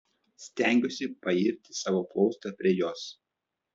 stengiuosi pairti savo plaustą prie jos